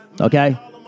okay